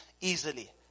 easily